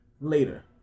later